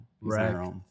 Right